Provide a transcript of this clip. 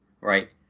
right